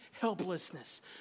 helplessness